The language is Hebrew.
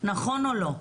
נכון או לא?